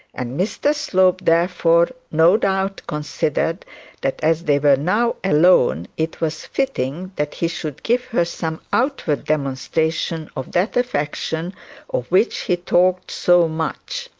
and mr slope therefore no doubt considered that as they were now alone it was fitting that he should give her some outward demonstration of that affection of which he talked so much.